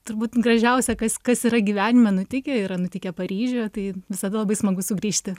turbūt gražiausia kas kas yra gyvenime nutikę yra nutikę paryžiuje tai visada labai smagu sugrįžti